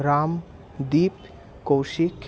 Ram Deep Kaushik